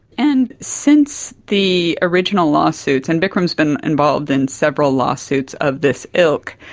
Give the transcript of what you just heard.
and since the original lawsuits, and bikram has been involved in several lawsuits of this ilk,